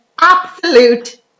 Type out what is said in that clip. absolute